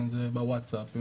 בוואטסאפ,